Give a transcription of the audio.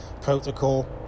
protocol